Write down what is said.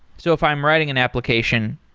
so if i'm writing an application,